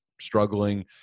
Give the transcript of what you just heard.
struggling